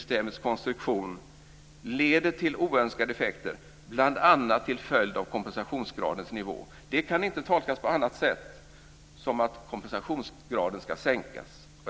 Det kan inte tolkas på annat sätt än att kompensationsgraden ska sänkas.